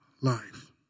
life